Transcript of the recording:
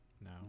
No